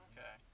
Okay